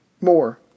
more